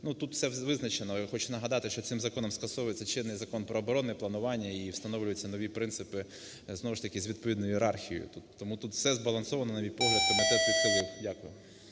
тут все визначено. Я хочу нагадати, що цим законом скасовується чинний закон про оборонне планування і встановлюються нові принципи знову ж таки з відповідною ієрархією. Тому тут все збалансовано, на мій погляд. Комітет відхилив. Дякую.